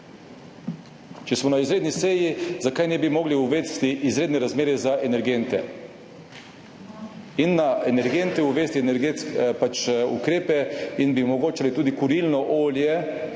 Če smo na izredni seji, zakaj ne bi mogli uvesti izrednih razmer za energente in na energente uvesti ukrepe, kar bi omogočalo tudi znižano